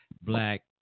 black